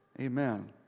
Amen